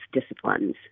disciplines